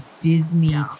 Disney